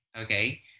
okay